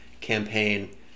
campaign